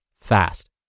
fast